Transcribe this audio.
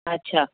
अच्छा